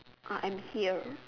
uh I'm here